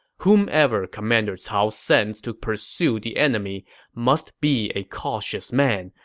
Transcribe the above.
whomever commander cao sends to pursue the enemy must be a cautious man.